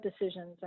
decisions